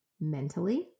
mentally